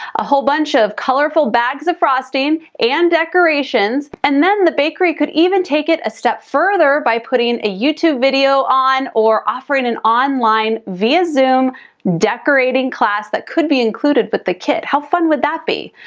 a whole bunch of colorful bags of frosting and decorations, and then the bakery could even take it a step further by putting a youtube video on or offering an online via zoom decorating class that could be included with the kit. how fun would that be?